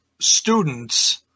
students